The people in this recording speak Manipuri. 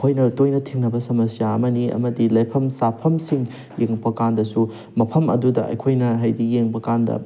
ꯑꯩꯈꯣꯏꯅ ꯇꯣꯏꯅ ꯊꯦꯡꯅꯕ ꯁꯃꯁ꯭ꯌꯥ ꯑꯃꯅꯤ ꯑꯃꯗꯤ ꯂꯩꯐꯝ ꯆꯥꯐꯝꯁꯤꯡ ꯌꯦꯡꯉꯛꯄ ꯀꯥꯟꯗꯁꯨ ꯃꯐꯝ ꯑꯗꯨꯗ ꯑꯩꯈꯣꯏꯅ ꯍꯥꯏꯗꯤ ꯌꯦꯡꯕ ꯀꯥꯟꯗ